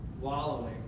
wallowing